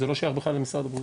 זה לא שייך בכלל למשרד הבריאות.